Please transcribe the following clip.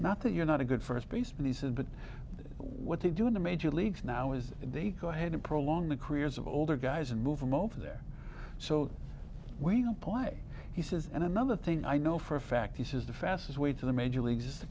not that you're not a good first baseman he said but what they do in the major leagues now is they go ahead and prolong the careers of older guys and move them over there so we don't play he says and another thing i know for a fact he says the fastest way to the major leagues is t